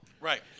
Right